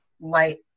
light